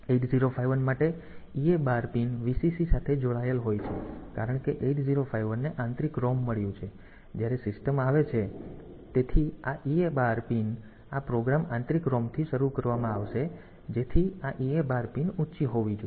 8051 માટે EA bar pin Vcc સાથે જોડાયેલ છે તેથી કારણ કે 8051 ને આંતરિક ROM મળ્યું છે તેથી જ્યારે સિસ્ટમ આવે છે તેથી આ EA બાર પિન આ પ્રોગ્રામ આંતરિક ROM થી શરૂ કરવામાં આવશે જેથી આ EA બાર પિન ઊંચી હોવી જોઈએ